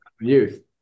youth